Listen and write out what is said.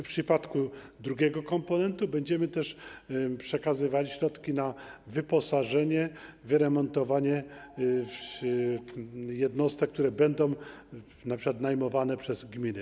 W przypadku drugiego komponentu będziemy też przekazywali środki na wyposażenie, wyremontowanie jednostek, które będą np. najmowane przez gminy.